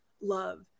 love